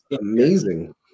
Amazing